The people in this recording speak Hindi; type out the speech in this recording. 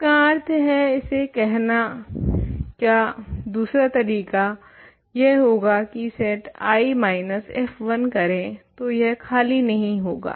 इसका अर्थ है इसे कहना का दूसरा तरीका यह होगा की सेट I माइनस f1 करें तो यह खाली नहीं होगा